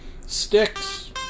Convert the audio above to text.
Sticks